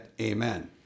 amen